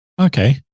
Okay